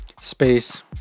space